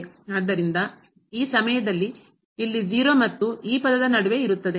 ಆದ್ದರಿಂದ ಈ ಸಮಯದಲ್ಲಿ ಇಲ್ಲಿ 0 ಮತ್ತು ಈ ಪದದ ನಡುವೆ ಇರುತ್ತದೆ